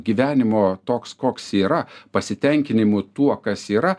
gyvenimo toks koks yra pasitenkinimu tuo kas yra